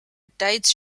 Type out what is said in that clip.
dates